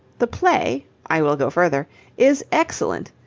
the play i will go further is excellent.